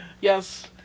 Yes